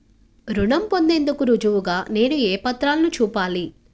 రుణం పొందేందుకు రుజువుగా నేను ఏ పత్రాలను చూపాలి?